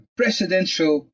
presidential